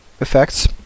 effects